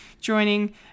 joining